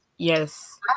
Yes